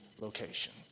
location